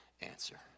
answer